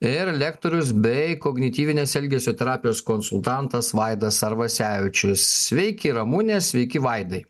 ir lektorius bei kognityvinės elgesio terapijos konsultantas vaidas arvasevičius sveiki ramune sveiki vaidai